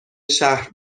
شهر